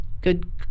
good